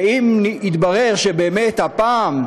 ואם יתברר שהפעם,